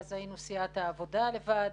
אז היינו סיעת העבודה לבד,